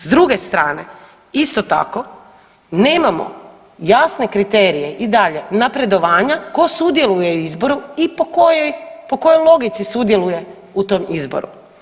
S druge strane isto tako nemamo jasne kriterije i dalje napredovanja tko sudjeluje u izboru i po kojoj, po kojoj logici sudjeluje u tom izboru.